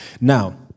Now